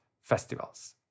festivals